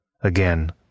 Again